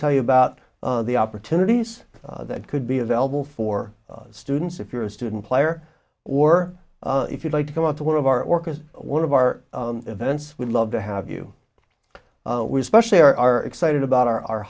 tell you about the opportunities that could be available for students if you're a student player or if you'd like to come out to one of our orchestra one of our events would love to have you we especially are excited about our our